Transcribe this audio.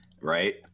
Right